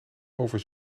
over